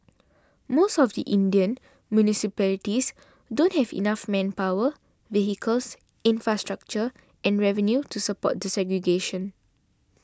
most of the Indian municipalities don't have enough manpower vehicles infrastructure and revenue to support the segregation